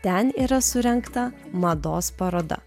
ten yra surengta mados paroda